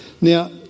now